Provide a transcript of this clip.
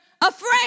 afraid